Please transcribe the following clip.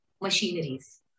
machineries